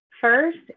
First